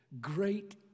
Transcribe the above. great